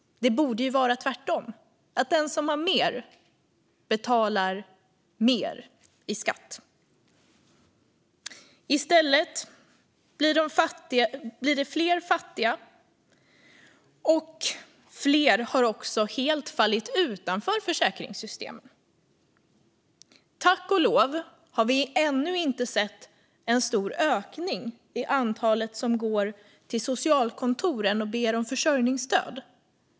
Det borde vara tvärtom. Den som har mer borde betala mer i skatt. I stället blir det fler fattiga. Fler har också helt fallit utanför försäkringssystemet. Tack och lov har vi ännu inte sett en stor ökning i antalet som går till socialkontoren och ber om försörjningsstöd.